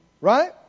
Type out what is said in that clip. Right